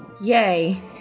Yay